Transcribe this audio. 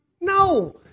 No